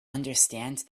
understand